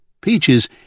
Peaches